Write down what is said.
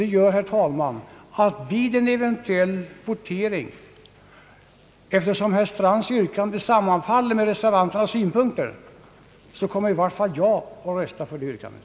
Det gör, herr talman, att i varje fall jag vid en eventuell votering, eftersom herr Strands yrkande sammanfaller med reservanternas synpunkter, kommer att rösta för det yrkandet.